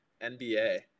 NBA